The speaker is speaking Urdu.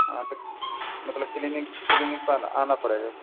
ہاں تو مطلب کلینک کلینک پر آنا پڑے گا